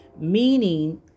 meaning